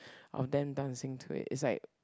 of them dancing to it is like